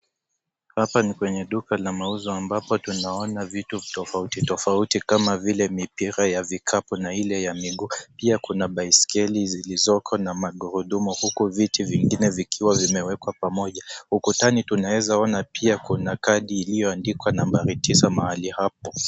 Hapa ni kwenye duka ya mauzo ambapo tunaona vitu tofauti tofauti, kama vile mipira ya vikapu na ile ya miguu. Pia kuna baiskeli zilizoko na magurudumu huku viti vingine vikiwa vimewekwa pamoja. Ukutani tunaeza ona pia kuna kadi ilioandikwa nambari tisa mahali hapo.